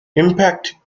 impact